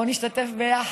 בוא נשתתף ביחד.